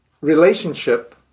relationship